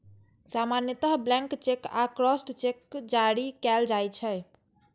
सामान्यतः blank cheque आ crossed cheque जारी कैल जाइ छै